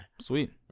Sweet